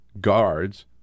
guards